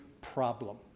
problem